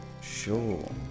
Sure